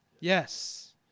Yes